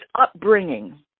upbringing